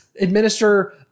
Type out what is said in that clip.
administer